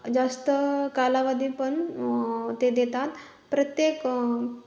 जास्त कालावधी पण ते देतात प्रत्येक